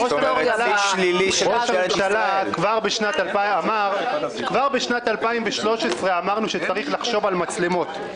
ראש הממשלה כבר בשנת 2013 אמר שצריך לחשוב על מצלמות.